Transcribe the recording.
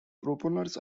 propellers